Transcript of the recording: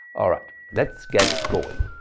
all right, let's get going.